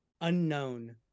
unknown